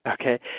Okay